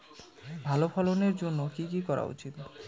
ভালো ফলনের জন্য কি কি করা উচিৎ?